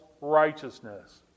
righteousness